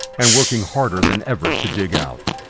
and working harder than ever to dig out.